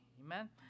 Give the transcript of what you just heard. amen